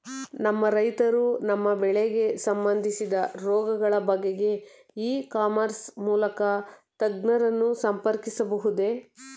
ನಮ್ಮ ರೈತರು ತಮ್ಮ ಬೆಳೆಗೆ ಸಂಬಂದಿಸಿದ ರೋಗಗಳ ಬಗೆಗೆ ಇ ಕಾಮರ್ಸ್ ಮೂಲಕ ತಜ್ಞರನ್ನು ಸಂಪರ್ಕಿಸಬಹುದೇ?